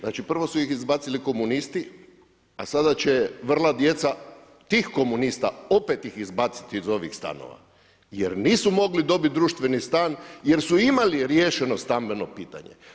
Znači prvo su iz izbaci komunisti a sada će vrla djeca tih komunista opet iz izbaciti iz ovih stanova jer nisu mogli dobiti društveni stan jer su imali riješeno stambeno pitanje.